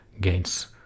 gains